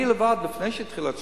אני לבד, לפני שהתחילה השביתה,